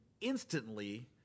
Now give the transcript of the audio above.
instantly